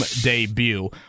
debut